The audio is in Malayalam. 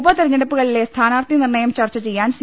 ഉപതിരഞ്ഞെടുപ്പുകളിലെ സ്ഥാനാർത്ഥി നിർണ്ണയം ചർച്ച ചെയ്യാൻ സി